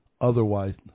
otherwise